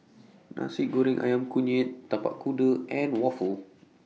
Nasi Goreng Ayam Kunyit Tapak Kuda and Waffle